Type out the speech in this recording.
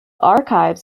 archives